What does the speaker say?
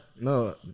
no